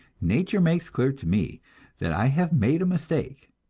nature makes clear to me that i have made a mistake,